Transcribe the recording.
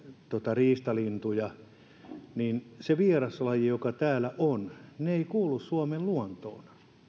riistalintuja niin se vieraslaji joka täällä on ei kuulu suomen luontoon